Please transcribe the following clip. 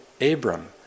Abram